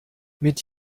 mit